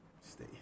Stay